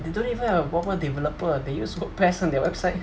they don't even have a proper developer they use Wordpress on their website